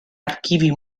archivi